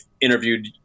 interviewed